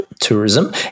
tourism